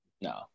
No